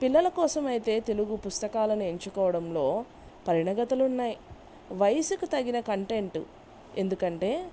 పిల్లల కోసమైతే తెలుగు పుస్తకాలను ఎంచుకోవడంలో పరిణగతులున్నాయి వయసుకు తగిన కంటెంట్ ఎందుకంటే